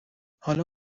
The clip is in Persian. حالا